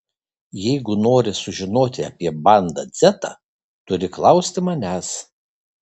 jeigu nori sužinoti apie banda dzeta turi klausti manęs